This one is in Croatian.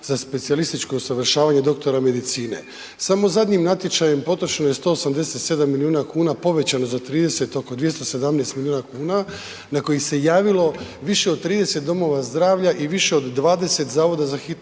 za specijalističko usavršavanje doktora medicine. Samo zadnjim natječajem potrošeno je 187 milijuna kuna povećano za 30, oko 217 milijuna kuna, na koji se javilo više od 30 domova zdravlja i više od 20 zavoda za hitnu